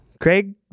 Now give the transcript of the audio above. Craig